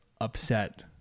upset